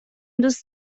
دوست